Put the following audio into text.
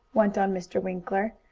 went on mr. winkler,